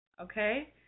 Okay